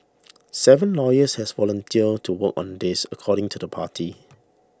seven lawyers has volunteered to work on this according to the party